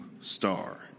star